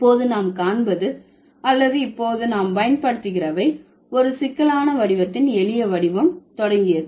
இப்போது நாம் காண்பது அல்லது இப்போது நாம் பயன்படுத்துகிறவை ஒரு சிக்கலான வடிவத்தின் எளிய வடிவம் தொடங்க